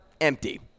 empty